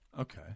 Okay